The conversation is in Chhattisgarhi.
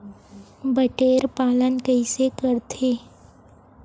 बटेर पालन कइसे करथे?